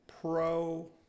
pro